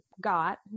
got